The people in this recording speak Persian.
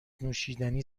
نوشیدنی